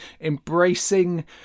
embracing